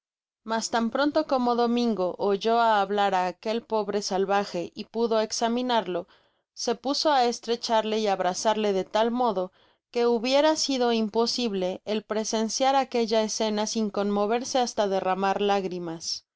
mas tan pronto como domingo oyó hablar á aquel pobre salvaje y pudo examinarlo se puso a estrecharle y abrazarle de tal modo que hubiera sido imposible el presenciar aquella escena sin conmoverse hasta derramar lágrimas se